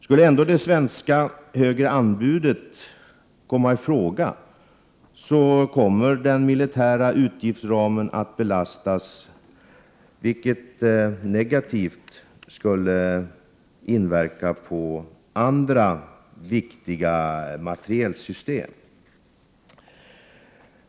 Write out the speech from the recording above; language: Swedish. Skulle ändå det svenska, högre anbudet komma i fråga, kommer den militära utgiftsramen att belastas, vilket negativt skulle inverka på andra viktiga materielsystem.